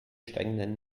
steigenden